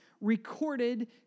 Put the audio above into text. recorded